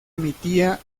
emitía